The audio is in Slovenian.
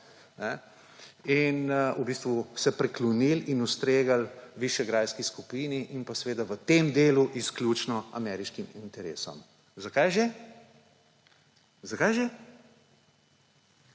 in v bistvu se priklonili in ustregli Višegrajski skupini in seveda v tem delu izključno ameriškim interesom. Zakaj že? Zakaj že?